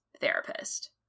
therapist